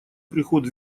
приход